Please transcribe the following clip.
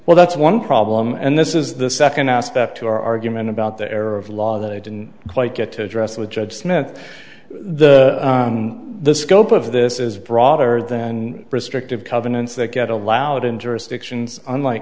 well that's one problem and this is the second aspect to our argument about the error of law that i didn't quite get to address with judge smith the the scope of this is broader than restrictive covenants that get allowed interest actions unlike